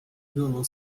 violão